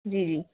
जी जी